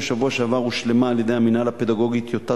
בשבוע שעבר הושלמה על-ידי המינהל הפדגוגי טיוטת